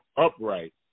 upright